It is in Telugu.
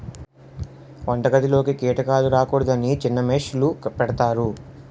వంటగదిలోకి కీటకాలు రాకూడదని చిన్న మెష్ లు పెడతారు